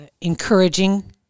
encouraging